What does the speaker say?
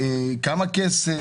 כמה כסף?